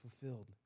fulfilled